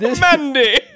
Mandy